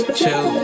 chill